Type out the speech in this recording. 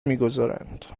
میگذارند